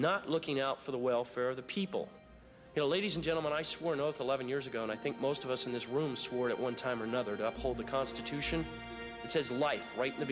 not looking out for the welfare of the people here ladies and gentlemen i swore an oath eleven years ago and i think most of us in this room swore at one time or another to uphold the constitution says life right